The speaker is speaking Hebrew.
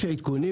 יש עדכונים?